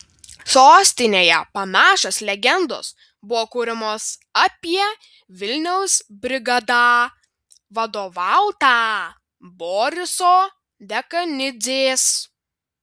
sostinėje panašios legendos buvo kuriamos apie vilniaus brigadą vadovautą boriso dekanidzės